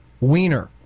Wiener